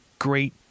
great